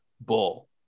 Bull